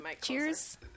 Cheers